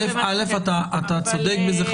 אתה צודק בזה,